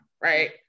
Right